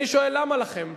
אני שואל, למה לכם?